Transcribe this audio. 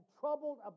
troubled